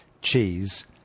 cheese